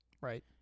Right